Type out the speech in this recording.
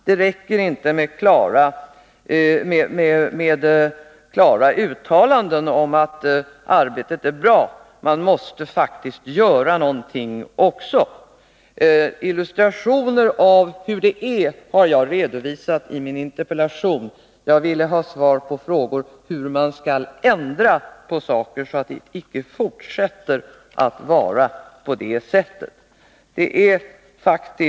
Det räcker inte med klara uttalanden om att arbetet är bra. Man måste faktiskt göra någonting också. Illustrationer av hur förhållandena är har jag gett i min interpellation. Jag ville ha svar på frågor om hur man skall ändra dessa förhållanden, så att det icke fortsätter att vara på detta sätt.